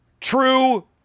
true